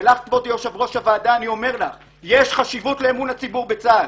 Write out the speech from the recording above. ולך כבוד וישב-ראש הוועדה אני אומר שיש חשיבות לאמון הציבור בצה"ל